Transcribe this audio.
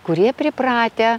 kurie pripratę